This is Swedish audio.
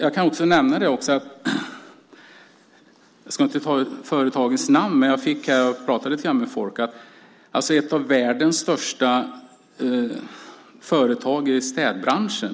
Jag har pratat lite med folk och jag ska inte nämna företagets namn, men ett av världens största företag i städbranschen.